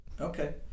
Okay